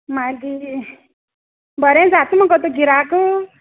मागीर बरें जाता मुगो तुक गिरायकू